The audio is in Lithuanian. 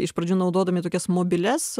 iš pradžių naudodami tokias mobilias